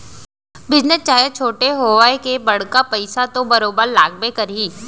business चाहे छोटे होवय के बड़का पइसा तो बरोबर लगबे करही